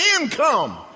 income